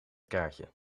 kaartje